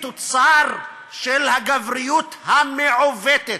היא תוצר של הגבריות המעוותת.